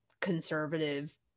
conservative